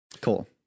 Cool